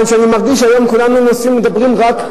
שאני מרגיש שהיום כולנו מדברים רק,